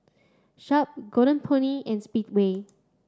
Sharp Golden Peony and Speedway